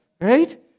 right